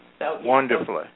Wonderfully